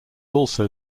also